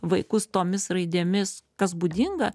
vaikus tomis raidėmis kas būdinga